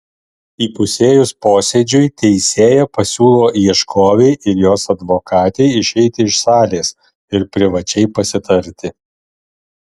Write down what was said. įpusėjus posėdžiui teisėja pasiūlo ieškovei ir jos advokatei išeiti iš salės ir privačiai pasitarti